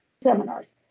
seminars